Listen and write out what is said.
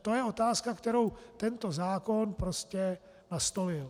To je otázka, kterou tento zákon prostě nastolil.